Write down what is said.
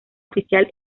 oficial